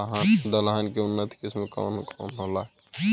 दलहन के उन्नत किस्म कौन कौनहोला?